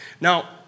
Now